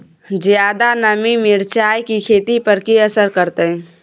ज्यादा नमी मिर्चाय की खेती पर की असर करते?